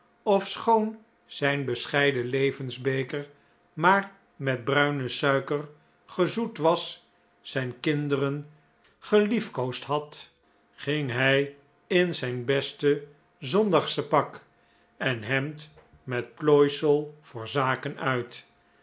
ofschoon zijn bescheiden levensbeker maar met bruine suiker gezoet was zijn kinderen gelief koosd had ging hij in zijn beste zondagsche pak en hemd met plooisel voor zaken uit